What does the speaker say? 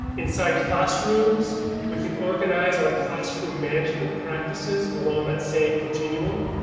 inside classrooms we can organize our classroom management practices along that same continuum.